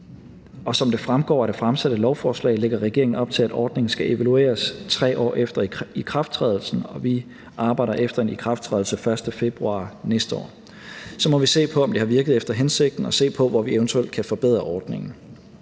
og som det fremgår af det fremsatte lovforslag, lægger regeringen op til, at ordningen skal evalueres 3 år efter ikrafttrædelsen, og vi arbejder efter en ikrafttrædelse den 1. februar næste år. Så må vi se på, om det har virket efter hensigten, og se på, hvor vi eventuelt kan forbedre ordningen.